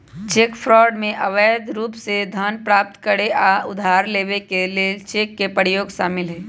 cheque fraud में अवैध रूप से धन प्राप्त करे आऽ उधार लेबऐ के लेल चेक के प्रयोग शामिल हइ